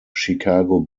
chicago